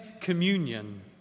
communion